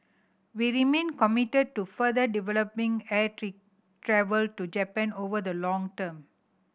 we remain committed to further developing air travel to Japan over the long term